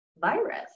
virus